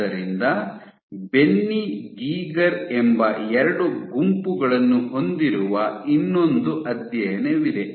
ಆದ್ದರಿಂದ Benny Geiger ಎಂಬ ಎರಡು ಗುಂಪುಗಳನ್ನು ಹೊಂದಿರುವ ಇನ್ನೊಂದು ಅಧ್ಯಯನವಿದೆ